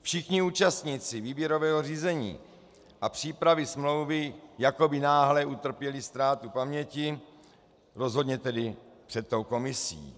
Všichni účastníci výběrového řízení a přípravy smlouvy jako by náhle utrpěli ztrátu paměti, rozhodně tedy před tou komisí.